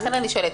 לכן אני שואלת.